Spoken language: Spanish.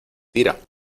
tira